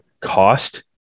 cost